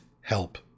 help